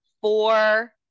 four